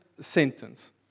sentence